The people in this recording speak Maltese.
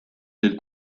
lill